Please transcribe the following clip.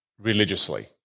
religiously